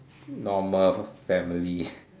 normal family